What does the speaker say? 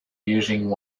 using